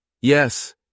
Yes